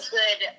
good